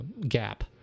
gap